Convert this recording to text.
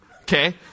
okay